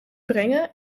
brengen